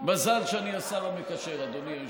מזל שאני השר המקשר, אדוני היושב-ראש.